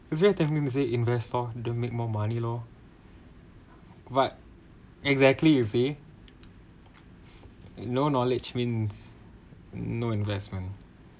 it's very tempting to say invest more to make more money lor but exactly you said no knowledge means no investment